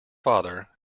father